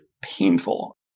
painful